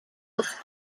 vots